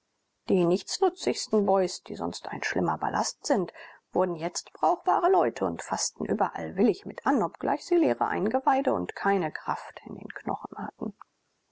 die nichtsnutzigsten boys die sonst ein schlimmer ballast sind wurden jetzt brauchbare leute und faßten überall willig mit an obgleich sie leere eingeweide und keine kraft in den knochen hatten